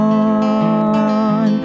on